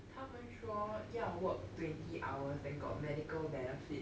他们说要 work twenty hours then got medical benefits